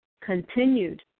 continued